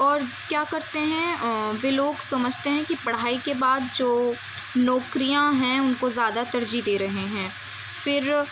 اور کیا کرتے ہیں وہے لوگ سمجھتے ہیں کہ پڑھائی کے بعد جو نوکریاں ہیں ان کو زیادہ ترجیح دے رہے ہیں پھر